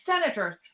senators